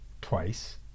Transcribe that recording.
twice